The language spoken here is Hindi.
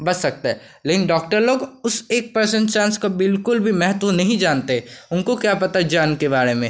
बच सकता है लेकिन डॉक्टर लोग उस एक पर्सेंट चांस का बिल्कुल भी महत्व नहीं जानते उनको क्या पता जान के बारे में